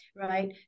right